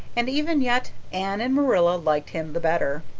and even yet anne and marilla liked him the better.